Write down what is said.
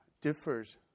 differs